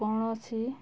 କୌଣସି